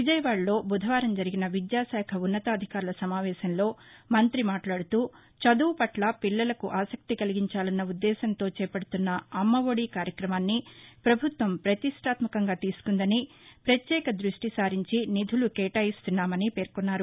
విజయవాడలో బుధవారం జరిగిన విద్యాశాఖ ఉన్నతాధికారుల సమావేశంలో మంతి మాట్లాడుతూ చదువుపట్ల పిల్లలకు ఆశక్తి కలిగించాలన్న ఉద్దేశ్యంతో చేపడుతున్న అమ్మఒడి కార్యక్రమాన్ని ప్రభుత్వం ప్రతిష్ఠాత్మకంగా తీసుకుందని ప్రత్యేక దృష్టిసారించి నిధులు కేటాయిస్తున్నామని పేర్కొన్నారు